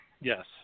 Yes